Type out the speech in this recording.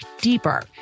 deeper